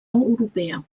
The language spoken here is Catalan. europea